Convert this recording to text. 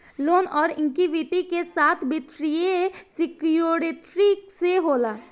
loan अउर equity के साथ वित्तीय सिक्योरिटी से होला